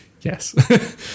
yes